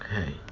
Okay